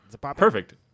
Perfect